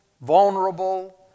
vulnerable